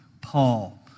Paul